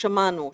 ששמענו עליו,